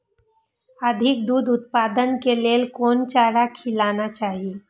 अधिक दूध उत्पादन के लेल कोन चारा खिलाना चाही?